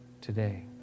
today